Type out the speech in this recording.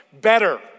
better